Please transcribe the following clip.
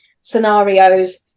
scenarios